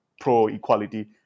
pro-equality